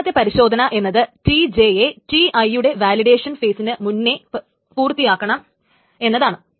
രണ്ടാമത്തെ പരിശോധന എന്നത് Tj യെ Ti യുടെ വാലിഡേഷൻ ഫെയിസിന് മുന്നേ പൂർത്തിയാക്കണം എന്നതാണ്